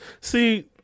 see